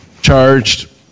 Charged